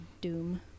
doom